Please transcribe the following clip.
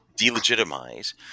delegitimize